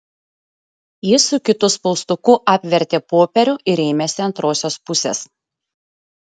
jis su kitu spaustuku apvertė popierių ir ėmėsi antrosios pusės